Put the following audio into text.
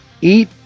eat